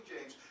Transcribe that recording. James